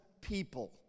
people